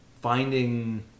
finding